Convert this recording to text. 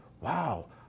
wow